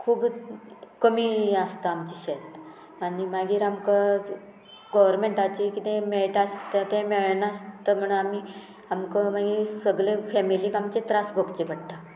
खूब कमी आसता आमचे शेत आनी मागीर आमकां गोवोरमेंटाचे कितें मेळटा आसता तें मेळनासता म्हण आमी आमकां मागीर सगळें फॅमिलीक आमचे त्रास भोगचे पडटा